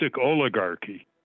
oligarchy